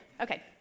Okay